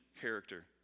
character